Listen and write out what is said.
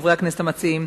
חברי הכנסת המציעים,